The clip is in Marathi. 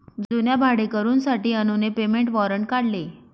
जुन्या भाडेकरूंसाठी अनुने पेमेंट वॉरंट काढले